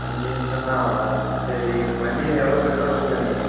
அஞ்சு நிமிடம் தான் ஆகுதா சரி வண்டியில் எவ்வளோ பெட்ரோல் வச்சுருந்த